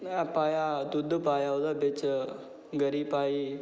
में पाया दुद्ध पाया ओह्दे बिच गरी पाई